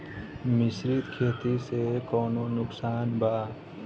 मिश्रित खेती से कौनो नुकसान वा?